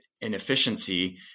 inefficiency